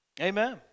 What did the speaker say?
Amen